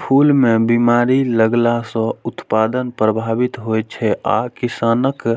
फूल मे बीमारी लगला सं उत्पादन प्रभावित होइ छै आ किसानक